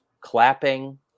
clapping